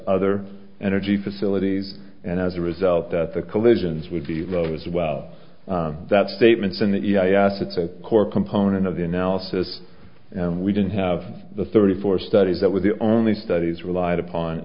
other energy facilities and as a result that the collisions would be low as well that statements in the i asked it's a core component of the analysis and we didn't have the thirty four studies that were the only studies relied upon